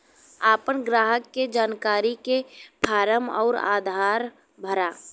आपन ग्राहक के जानकारी के फारम अउर आधार भरा